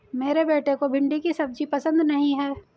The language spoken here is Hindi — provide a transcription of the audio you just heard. मेरे बेटे को भिंडी की सब्जी पसंद नहीं है